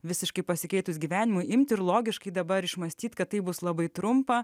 visiškai pasikeitus gyvenimui imti ir logiškai dabar išmąstyti kad tai bus labai trumpa